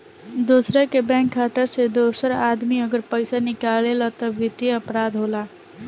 दोसरा के बैंक खाता से दोसर आदमी अगर पइसा निकालेला त वित्तीय अपराध होला